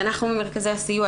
אנחנו במרכזי הסיוע,